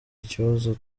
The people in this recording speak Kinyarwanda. ikibazo